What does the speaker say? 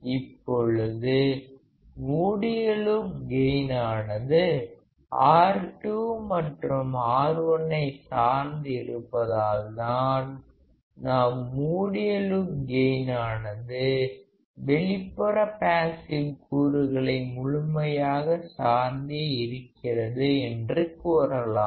இப்பொழுது மூடிய லூப் கெயினானது R2 மற்றும் R1 ஐ சார்ந்து இருப்பதால் தான் நாம் மூடிய லூப் கெயினானது வெளிப்புற பாஸிவ் கூறுகளை முழுமையாக சார்ந்தே இருக்கிறது என்று கூறலாம்